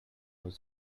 was